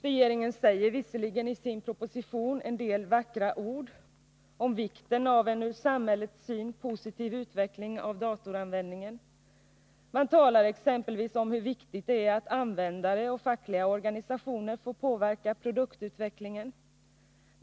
Regeringen säger visserligen i sin proposition en del vackra ord om vikten av en ur samhällets synpunkt positiv utveckling av datoranvändningen. Man talar exempelvis om hur viktigt det är att användare och fackliga organisationer får påverka produktutvecklingen.